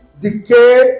decay